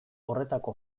horretako